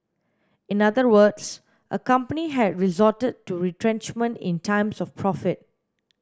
in other words a company had resorted to retrenchment in times of profit